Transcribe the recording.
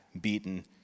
beaten